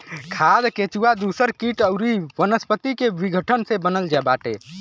खाद केचुआ दूसर किट अउरी वनस्पति के विघटन से बनत बाटे